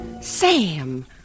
Sam